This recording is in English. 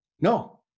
No